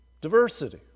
diversity